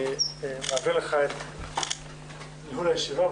אני מעביר לך את ניהול הישיבה.